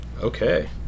Okay